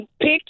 pick